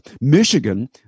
Michigan